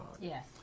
Yes